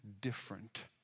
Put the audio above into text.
different